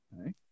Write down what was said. Okay